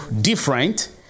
different